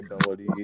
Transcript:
ability